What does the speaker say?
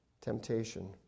temptation